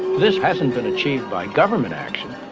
this hasn't been achieved by government action,